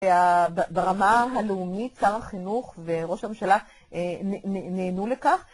ברמה הלאומית, שר החינוך וראש הממשלה נענו לכך.